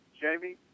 Jamie